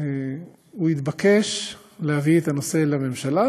הוא התבקש להביא את הנושא לממשלה,